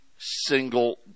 Single